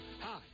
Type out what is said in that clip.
Hi